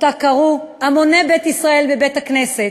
שאותה קראו המוני בית ישראל בבית-הכנסת,